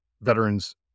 veterans